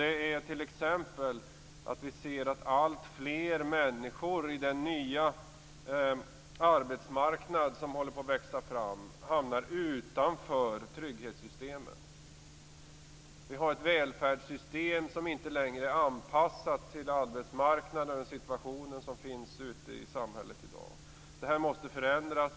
Det gäller t.ex. att vi ser att alltfler människor på den nya arbetsmarknad som håller på att växa fram hamnar utanför trygghetssystemen. Vi har ett välfärdssystem som inte längre är anpassat till arbetsmarknaden och den situation som finns ute i samhället i dag. Detta måste förändras.